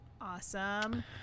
Awesome